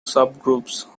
subgroups